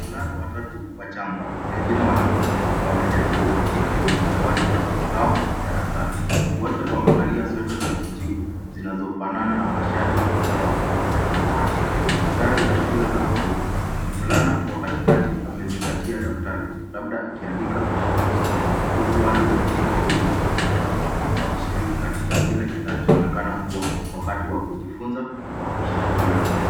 Wavulana watatu wachanga pengine wanafunzi wameketi kwa umakini kwenye dawati la mbao darasani. Wote wamevalia sweta za kijivu zinazofanana na mashati yao ya samawati. Sare za shule za kawaida. Mvulana wa katikati amezingatia daftari labda akiandika au kusoma huku wale wengine wawili wakimtazama wakishiriki katika kile kinachoonekana kuwa wakati wa kujifunza kwa ushirikiano.